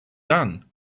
done